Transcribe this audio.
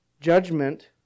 Judgment